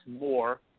more